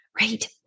right